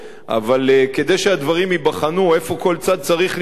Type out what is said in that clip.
אבל כדי שהדברים ייבחנו, איפה כל צד צריך להתפשר,